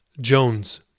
Jones